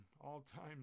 all-time